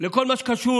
בכל מה שקשור